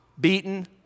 beaten